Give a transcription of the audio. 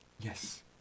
Yes